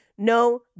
No